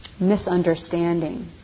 misunderstanding